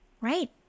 Right